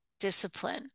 discipline